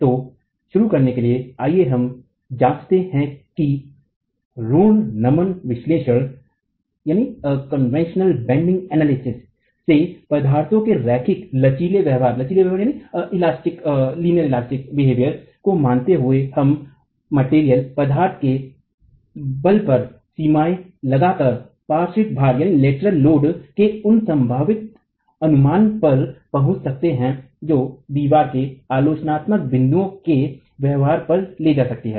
तो शुरू करने के लिए आइए हम जांचते हैं कि रूढ़ नमन विश्लेषण से पदार्थ के रैखिक लचीले व्यवहार को मानते हुए हम पदार्थ के बल पर सीमाएं लगा कर पार्श्विक भार के उन संभावित अनुमान पर पहुंच सकते हैं जो दीवार के आलोचनात्मक बिंदुओं के व्यवहार पर ले जा सकती है